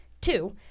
Two